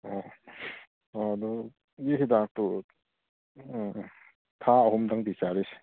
ꯑꯣ ꯑꯣ ꯑꯗꯣ ꯑꯗꯨꯒꯤ ꯍꯤꯗꯥꯛꯇꯣ ꯊꯥ ꯑꯍꯨꯝꯗꯪꯗꯤ ꯆꯥꯈꯤꯁꯤ